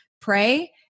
pray